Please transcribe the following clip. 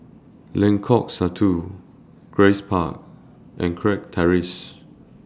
Lengkok Satu Grace Park and Kirk Terrace